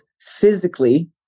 physically